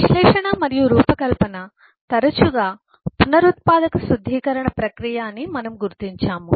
విశ్లేషణ మరియు రూపకల్పన తరచుగా పునరుత్పాదక శుద్ధీకరణ ప్రక్రియ అని మనము గుర్తించాము